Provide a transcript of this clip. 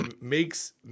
Makes